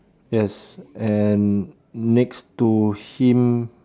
yes and next to him